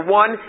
one